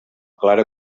clara